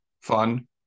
fun